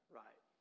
right